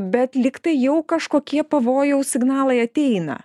bet lyg tai jau kažkokie pavojaus signalai ateina